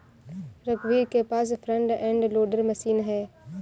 रघुवीर के पास फ्रंट एंड लोडर मशीन है